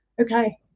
okay